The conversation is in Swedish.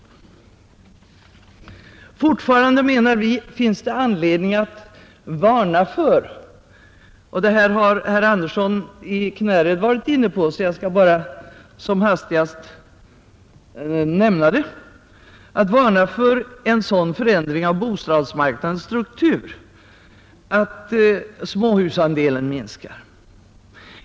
Fortfarande, menar vi, finns det anledning att varna för — detta har herr Andersson i Knäred varit inne på, så jag skall bara nämna det som hastigast — en sådan förändring av bostadsmarknadens struktur att småhusandelen minskar.